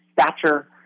stature